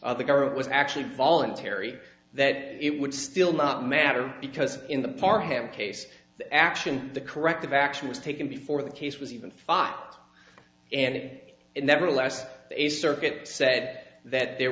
the government was actually voluntary that it would still not matter because in the park him case the action the corrective action was taken before the case was even fahed and it never last a circuit set that there